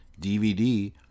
DVD